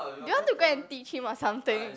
you want to go and teach him or something